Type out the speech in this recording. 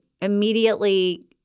immediately